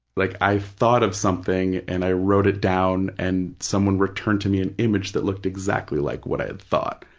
like i thought of something and i wrote it down and someone returned to me an image that looked exactly like what i had thought,